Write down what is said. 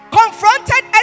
confronted